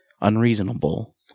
unreasonable